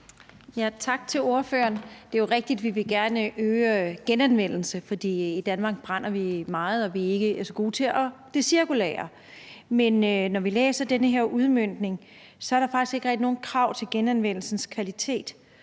Tak til ordføreren. Det er jo rigtigt, at vi gerne vil øge genanvendelsen, for i Danmark afbrænder vi meget, og vi er ikke så gode til det cirkulære. Men når man læser den her udmøntning, så er der faktisk ikke rigtig nogen krav til genanvendelsens kvalitet.